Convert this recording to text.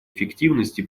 эффективности